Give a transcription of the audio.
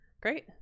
Great